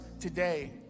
today